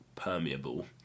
permeable